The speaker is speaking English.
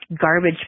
garbage